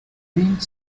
clint